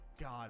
God